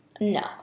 no